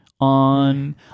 on